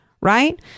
Right